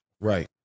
right